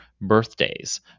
birthdays